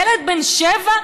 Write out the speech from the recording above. ילד בן שבע?